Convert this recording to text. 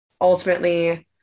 ultimately